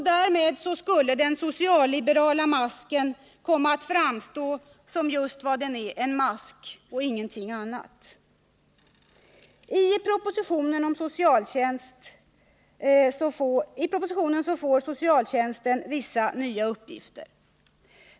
Därmed skulle den socialliberala masken komma att framstå som just vad den är: en mask, och ingenting annat. I propositionen får socialtjänsten vissa nya uppgifter.